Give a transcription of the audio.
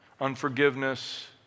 unforgiveness